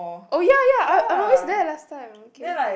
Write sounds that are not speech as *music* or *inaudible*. oh ya ya I I always there last time okay *noise*